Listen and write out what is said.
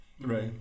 Right